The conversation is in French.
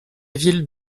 ville